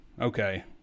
Okay